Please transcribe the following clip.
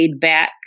back